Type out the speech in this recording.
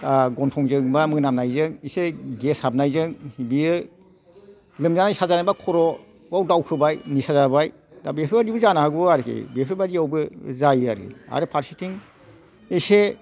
गन्थंजों बा मोनामनायजों एसे गेस हाबनायजों बियो लोमजानाय साजानाय एबा खर'आव दावखोबाय निसा जाबाय दा बेफोरबायदिबो जानो हागौ आरोखि बेफोरबायदियावबो जायो आरो फारसेथिं एसे